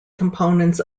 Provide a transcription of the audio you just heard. components